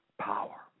power